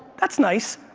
that's nice,